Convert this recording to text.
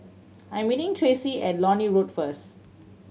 I am meeting Tracy at Lornie Road first